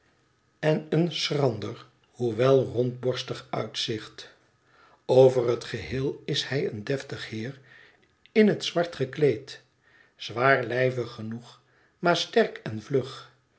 en een schrander hoewel rondborstig uitzicht over het geheel is hij een deftig heer in het zwart gekleed zwaarlijvig genoeg maar sterk en vlug